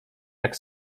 jak